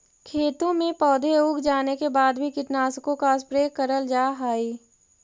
खेतों में पौधे उग जाने के बाद भी कीटनाशकों का स्प्रे करल जा हई